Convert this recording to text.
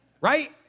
Right